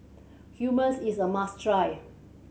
hummus is a must try